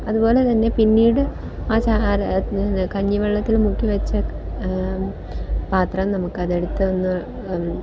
അതുപോലെതന്നെ പിന്നീട് ആ കഞ്ഞിവെള്ളത്തില് മുക്കി വച്ച പാത്രം നമുക്കത് എടുത്ത് അങ്ങ്